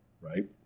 right